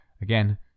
Again